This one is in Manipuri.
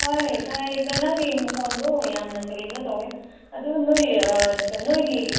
ꯍꯣꯏ ꯇꯥꯏꯌꯦ ꯅꯪꯒꯤ ꯃꯈꯣꯟꯗꯨ ꯌꯥꯝꯅ ꯀꯔꯤꯅꯣ ꯇꯧꯋꯦ ꯑꯗꯨ ꯅꯣꯏ ꯅꯣꯏꯒꯤ